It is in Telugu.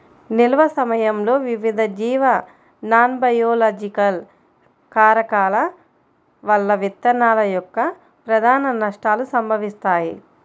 నిల్వ సమయంలో వివిధ జీవ నాన్బయోలాజికల్ కారకాల వల్ల విత్తనాల యొక్క ప్రధాన నష్టాలు సంభవిస్తాయి